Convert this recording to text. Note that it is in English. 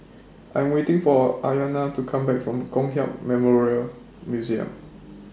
I'm waiting For Aryana to Come Back from Kong Hiap Memorial Museum